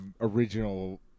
original